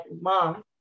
mom